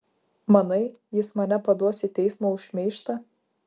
manai jis mane paduos į teismą už šmeižtą